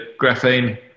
graphene